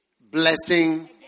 Blessing